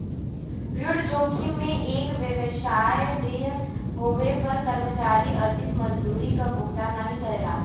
ऋण जोखिम में एक व्यवसाय देय होये पर कर्मचारी अर्जित मजदूरी क भुगतान नाहीं करला